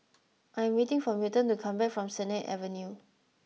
I'm waiting for Milton to come back from Sennett Avenue